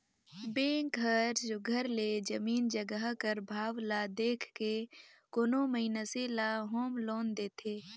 bank हर सुग्घर ले जमीन जगहा कर भाव ल देख के कोनो मइनसे ल होम लोन देथे